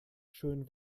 schön